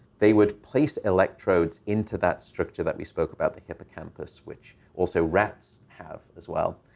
they would place electrodes into that structure that we spoke about, the hippocampus, which also rats have as well,